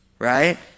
right